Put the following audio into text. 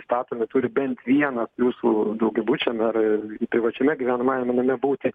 statomi turi bent vienas jūsų daugiabučiam ar privačiame gyvenamajame name būti